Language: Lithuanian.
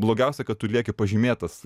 blogiausia kad tu lieki pažymėtas